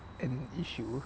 an issue